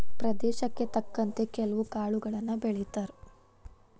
ಪ್ರದೇಶಕ್ಕೆ ತಕ್ಕಂತೆ ಕೆಲ್ವು ಕಾಳುಗಳನ್ನಾ ಬೆಳಿತಾರ